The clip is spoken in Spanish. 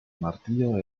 martillo